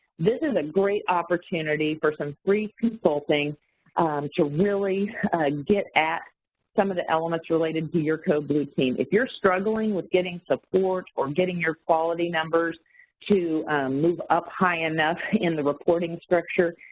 this is a great opportunity for some free consulting to really get at some of the elements related to your code blue team. if you're struggling with getting support or getting your quality numbers to move up high enough in the reporting structure,